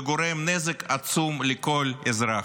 וגורם נזק עצום לכל אזרח.